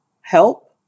help